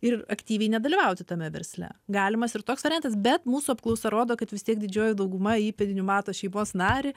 ir aktyviai nedalyvauti tame versle galimas ir toks variantas bet mūsų apklausa rodo kad vis tiek didžioji dauguma įpėdiniu mato šeimos narį